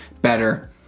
better